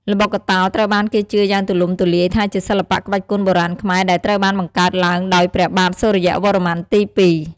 ល្បុក្កតោត្រូវបានគេជឿយ៉ាងទូលំទូលាយថាជាសិល្បៈក្បាច់គុនបុរាណខ្មែរដែលត្រូវបានបង្កើតឡើងដោយព្រះបាទសូរ្យវរ្ម័នទី២។